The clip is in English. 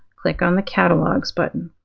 click on the catalogs button.